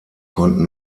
konnten